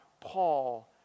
Paul